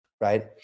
Right